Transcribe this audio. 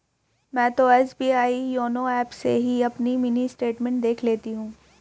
मैं तो SBI YONO app से ही अपनी मिनी स्टेटमेंट देख लेती हूँ